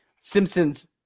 Simpsons